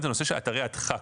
זה נושא של אתרי הדחק.